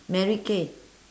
mary kay